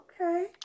okay